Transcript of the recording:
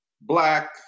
black